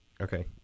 Okay